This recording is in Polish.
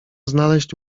znaleźć